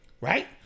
right